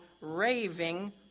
raving